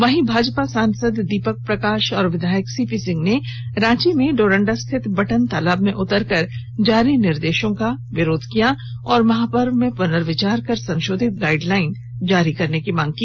वहीं भाजपा सांसद दीपक प्रकाश और विधायक सीपी सिंह ने रांची में डोरंडा स्थित बटन तालाब में उतरकर जारी दिशा निर्देशों का विरोध किया और महापर्व में पुनविर्चार कर संशोधित गाइडलाइन जारी करने की मांग की